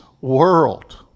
world